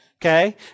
Okay